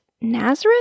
Nazareth